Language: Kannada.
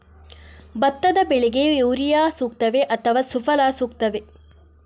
ಭತ್ತದ ಬೆಳೆಗೆ ಯೂರಿಯಾ ಸೂಕ್ತವೇ ಅಥವಾ ಸುಫಲ ಸೂಕ್ತವೇ?